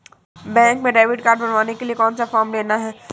Bank में debit card बनवाने के लिए कौन सा फॉर्म लेना है?